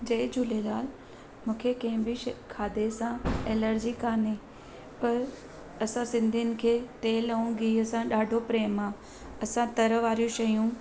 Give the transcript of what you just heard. जय झूलेलाल मूंखे कंहिं बि शइ खाधे सां एलर्जी कोन्हे पर असां सिंधियुनि खे तेलु ऐं गिह सां ॾाढो प्रेम आहे असां तरी वारी शयूं